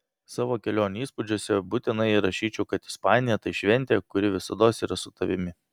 savo kelionių įspūdžiuose būtinai įrašyčiau kad ispanija tai šventė kuri visados yra su tavimi